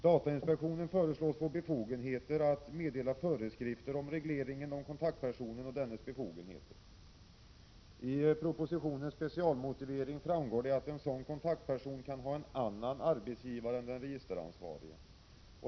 Datainspektionen föreslås få befogenheter att meddela föreskrifter om kontaktpersonen och dennes befogenheter. Av propositionens specialmotivering framgår det att en sådan kontaktperson kan ha en annan arbetsgivare än den registeransvarige.